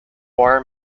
war